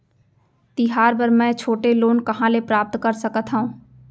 तिहार बर मै छोटे लोन कहाँ ले प्राप्त कर सकत हव?